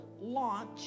launch